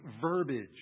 verbiage